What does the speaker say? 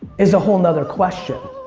is a whole nother question.